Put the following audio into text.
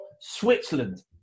Switzerland